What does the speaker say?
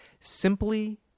Simply